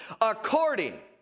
According